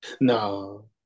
No